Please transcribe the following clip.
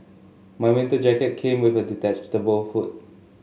my winter jacket came with a detachable hood